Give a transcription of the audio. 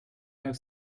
have